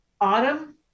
autumn